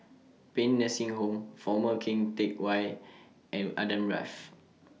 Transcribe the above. Paean Nursing Home Former Keng Teck Whay and Adam Drive